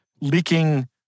leaking